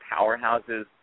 powerhouses